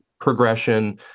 progression